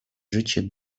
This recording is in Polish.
życie